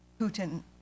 Putin